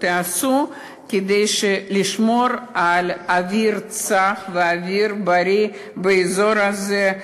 תעשו כדי לשמור על אוויר צח ואוויר בריא באזור הזה,